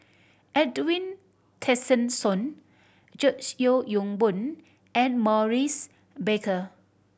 Edwin Tessensohn George Yeo Yong Boon and Maurice Baker